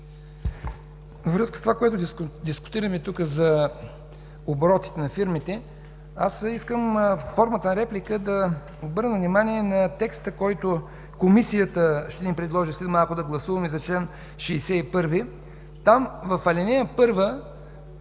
връзка с това, което дискутираме тук – за оборотите на фирмите, искам под формата на реплика да обърна внимание на текста, който Комисията ще ни предложи след малко да гласуваме за чл. 61. Там в ал. 1,